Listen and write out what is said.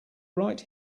right